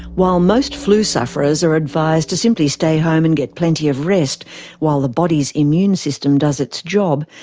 while most flu suffers are advised to simply stay home and get plenty of rest while the body's immune system does its job,